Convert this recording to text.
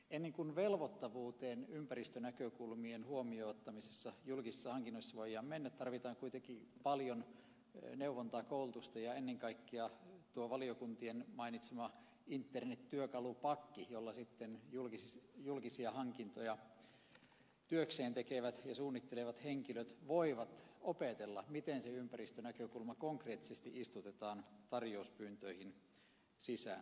ennen kuin velvoittavuuteen ympäristönäkökulmien huomioon ottamisessa julkisissa hankinnoissa voidaan mennä tarvitaan kuitenkin paljon neuvontaa koulutusta ja ennen kaikkea valiokuntien mainitsema internet työkalupakki jolla sitten julkisia hankintoja työkseen tekevät ja suunnittelevat henkilöt voivat opetella miten se ympäristönäkökulma konkreettisesti istutetaan tarjouspyyntöihin sisään